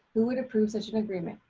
who would approve such an agreement?